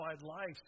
life